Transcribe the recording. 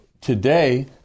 today